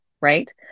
right